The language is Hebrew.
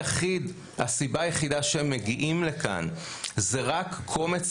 הסיבה היחידה שהם מגיעים לכאן זה רק קומץ